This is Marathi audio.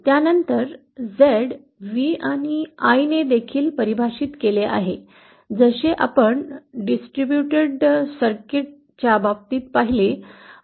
त्यानंतर Z देखील V आणि I म्हणून परिभाषित केले आहे जसे आपण वितरित सर्किट च्या बाबतीत पाहिले